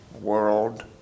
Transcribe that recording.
world